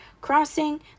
crossing